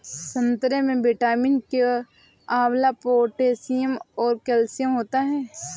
संतरे में विटामिन के अलावा पोटैशियम और कैल्शियम होता है